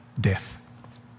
death